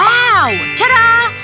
wow! ta-da!